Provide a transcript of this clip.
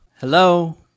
Hello